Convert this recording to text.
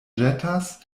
ĵetas